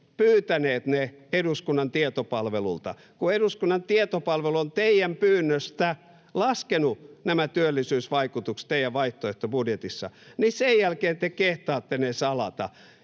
pyytäneet ne eduskunnan tietopalvelulta. Kun eduskunnan tietopalvelu on teidän pyynnöstänne laskenut nämä työllisyysvaikutukset teidän vaihtoehtobudjetissanne ja sen jälkeen te kehtaatte ne salata